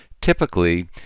Typically